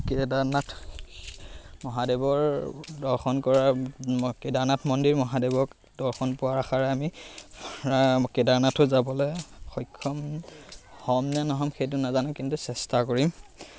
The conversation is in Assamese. কেদাৰনাথ মহাদেৱৰ দৰ্শন কৰা কেদাৰনাথ মন্দিৰ মহাদেৱক দৰ্শন পোৱাৰ আশাৰে আমি কেদাৰনাথো যাবলৈ সক্ষম হ'মনে নহ'ম সেইটো নাজানো কিন্তু চেষ্টা কৰিম